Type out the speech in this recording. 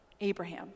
Abraham